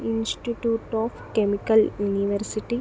institute of chemical university